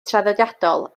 traddodiadol